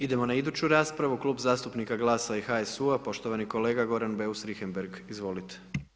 Idemo na iduću raspravu, Klub zastupnika GLAS-a i HSU-a, poštovani kolega Goran Beus Richembergh, izvolite.